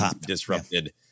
disrupted